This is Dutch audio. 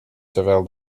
terwijl